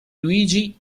luigi